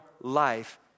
life